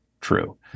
true